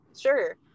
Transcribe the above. sure